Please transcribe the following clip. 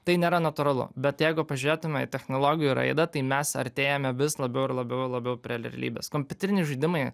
tai nėra natūralu bet jeigu pažiūrėtume į technologijų raidą tai mes artėjame vis labiau ir labiau labiau prie realybės kompiuteriniai žaidimai